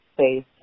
space